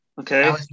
Okay